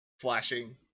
flashing